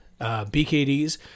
BKDs